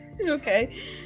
Okay